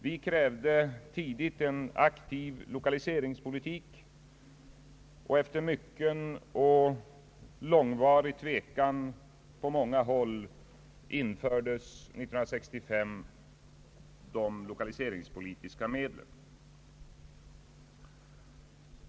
Vi krävde tidigt en aktiv lokaliseringspolitik, och efter mycken och långvarig tvekan på många håll infördes år 1965 de lokaliseringspolitiska medlen.